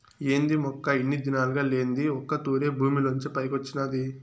ఏంది మొక్క ఇన్ని దినాలుగా లేంది ఒక్క తూరె భూమిలోంచి పైకొచ్చినాది